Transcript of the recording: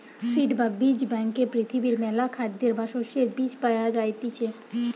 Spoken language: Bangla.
সিড বা বীজ ব্যাংকে পৃথিবীর মেলা খাদ্যের বা শস্যের বীজ পায়া যাইতিছে